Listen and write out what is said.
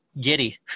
giddy